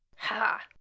ha!